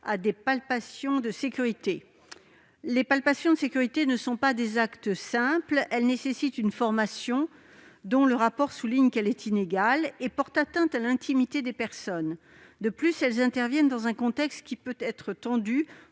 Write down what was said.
à des palpations de sécurité. Les palpations de sécurité ne sont pas des actes simples. Elles nécessitent une formation- le rapport de la commission souligne d'ailleurs que celle-ci est inégale. Elles portent atteinte à l'intimité des personnes. De plus, elles interviennent dans un contexte qui peut être tendu,